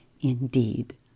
indeed